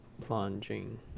Plunging